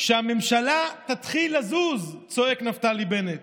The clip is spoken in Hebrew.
שהממשלה תתחיל לזוז, צועק נפתלי בנט,